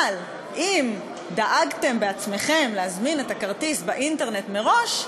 אבל אם דאגתם בעצמכם להזמין את הכרטיס באינטרנט מראש,